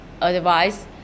advice